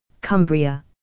Cumbria